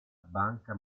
banca